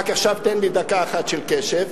רק עכשיו תן לי דקה אחת של קשב.